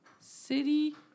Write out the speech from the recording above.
City